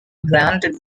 granted